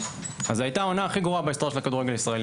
אז זו היתה העונה הכי גרועה בהיסטוריה של הכדורגל הישראלי.